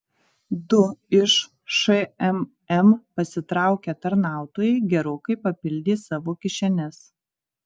du iš šmm pasitraukę tarnautojai gerokai papildė savo kišenes